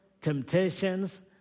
temptations